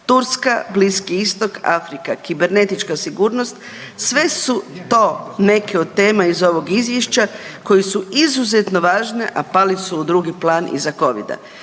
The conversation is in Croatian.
Turska, Bliski Istok, Afrika, kibernetička sigurnost, sve su to neke od tema iz ovog Izvješća koji su izuzetno važno, a pali su u drugi plan iza Covida.